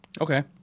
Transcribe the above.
Okay